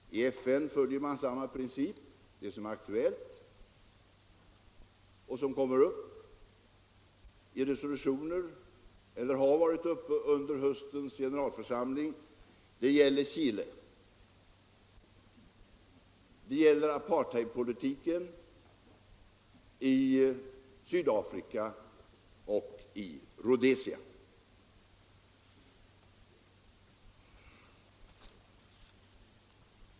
I FN följer man samma principer. Det som är aktuellt och kommer upp under höstens generalförsamling gäller Chile och apartheidpolitiken i Sydafrika och Rhodesia.